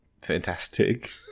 Fantastic